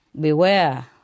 Beware